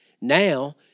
Now